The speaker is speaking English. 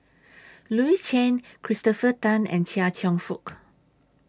Louis Chen Christopher Tan and Chia Cheong Fook